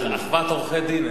אחוות עורכי-דין,